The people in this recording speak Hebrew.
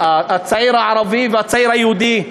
הצעיר הערבי והצעיר היהודי,